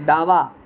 डावा